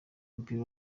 w’umupira